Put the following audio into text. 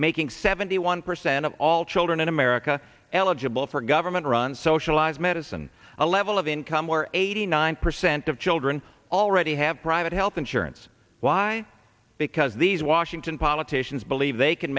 making seventy one percent of all children in america eligible for government run socialized medicine a level of income where eighty nine percent of children already have private health insurance why because these washington politicians believe they can